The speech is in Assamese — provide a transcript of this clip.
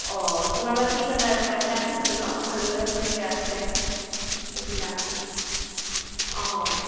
অঁ তোমাৰ বা কি কালাৰ আছে আগতে আছিলতো নহ্ হালধীয়া চালধীয়া আছে এইবিলাক অঁ